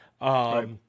Right